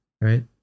right